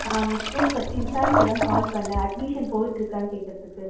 நான் உங்கள் ஸ்கூல் பற்றி விசாரிக்கதான் கால் பண்ணிணேன் அட்மிஷன் போய்கிட்ருக்கான்னு கேட்குறதுக்கு